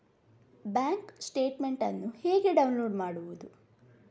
Bank statement ಅನ್ನು ಹೇಗೆ download ಮಾಡುವುದು?